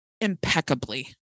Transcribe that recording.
impeccably